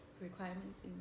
requirements